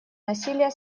насилия